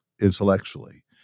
intellectually